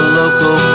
local